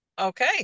okay